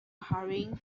hurrying